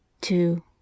two